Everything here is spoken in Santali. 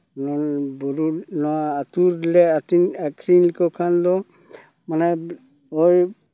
ᱱᱚᱣᱟ ᱟᱹᱛᱩ ᱨᱮᱞᱮ ᱟᱠᱷᱨᱤᱧ ᱠᱚ ᱠᱷᱟᱱ ᱫᱚ ᱢᱟᱱᱮ ᱳᱭ